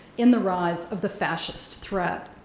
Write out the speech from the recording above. in the rise of the fascist threat.